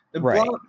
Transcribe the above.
Right